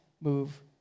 move